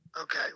Okay